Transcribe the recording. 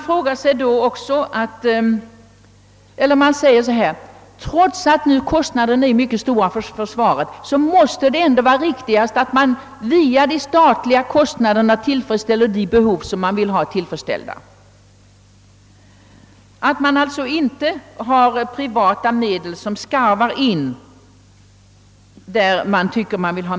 Trots att kostnaderna alltså är mycket stora för försvaret måste det vara riktigast att via de statliga utgifterna tillfredsställa de behov som föreligger. Man skall alltså inte ha privata medel som skarvar i, där mera pengar behövs.